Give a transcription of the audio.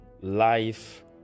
life